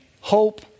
hope